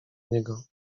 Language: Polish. niego